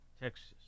Texas